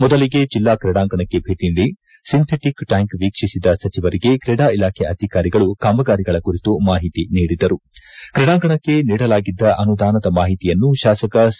ಮೊದಲಿಗೆ ಜಿಲ್ಲಾ ತ್ರೀಡಾಂಗಣಕ್ಕೆ ಭೇಟಿ ನೀಡಿಸಿಂಥಿಟಕ್ ಟ್ರ್ಯಾಕ್ ವೀಕ್ಷಿಸಿದ ಸಚಿವರಿಗೆ ತ್ರೀಡಾ ಇಲಾಖೆ ಅಧಿಕಾರಿಗಳು ಕಾಮಗಾರಿಗಳ ಕುರಿತು ಮಾಹಿತಿ ನೀಡಿದರುಕ್ರೀಡಾಂಗಣಕ್ಕೆ ನೀಡಲಾಗಿದ್ದ ಅನುದಾನದ ಮಾಹಿತಿಯನ್ನು ಶಾಸಕ ಸಿ